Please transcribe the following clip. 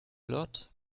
lot